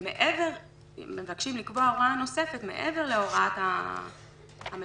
מבקשים לקבוע הוראה נוספת מעבר להוראת המפקחת.